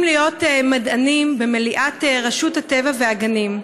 להיות מדענים במליאת רשות הטבע והגנים.